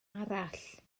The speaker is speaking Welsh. arall